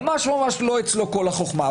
ממש לא אצלו כל החוכמה,